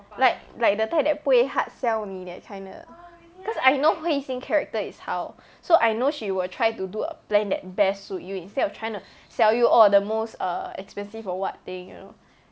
like like the type that 不会 hard sell 你 that kind 的 cause I know hui xin character is how so I know she will try to do a plan that best suit you instead of trying to sell you orh the most err expensive or what thing you know